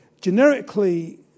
generically